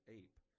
ape